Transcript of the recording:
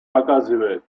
показывает